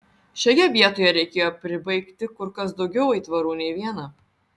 šioje vietoje reikėjo pribaigti kur kas daugiau aitvarų nei vieną